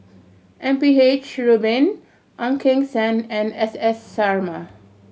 M P H Rubin Ong Keng Sen and S S Sarma